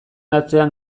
atzean